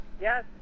yes